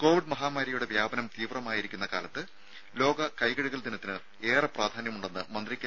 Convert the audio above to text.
Covid മഹാമാരിയുടെ വ്യാപനം തീവ്രമായിരിക്കുന്ന കാലത്ത് ലോക കൈകഴുകൽ ദിനത്തിന് ഏറെ പ്രാധാന്യമുണ്ടെന്ന് മന്ത്രി കെ